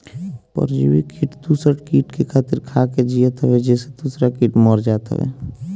परजीवी किट दूसर किट के खाके जियत हअ जेसे दूसरा किट मर जात हवे